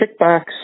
kickbacks